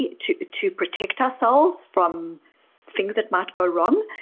to to protect ourselves from things that might go wrong.